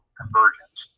convergence